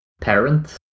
parent